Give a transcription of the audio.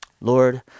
Lord